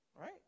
right